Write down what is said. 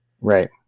Right